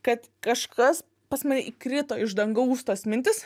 kad kažkas pas mane įkrito iš dangaus tos mintys